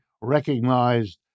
recognized